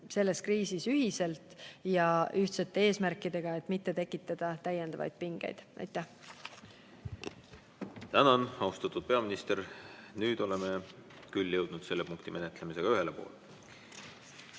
selles kriisis ühiselt ja ühiste eesmärkidega, et mitte tekitada täiendavaid pingeid. Aitäh! Tänan, austatud peaminister! Nüüd oleme selle punkti menetlemisega ühele poole